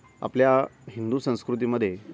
आपल्या हिंदू संस्कृतीमध्ये